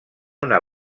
una